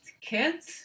kids